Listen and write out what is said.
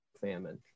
Famine